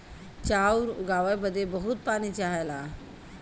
चाउर उगाए बदे बहुत पानी चाहला